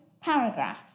paragraph